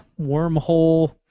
wormhole